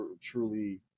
truly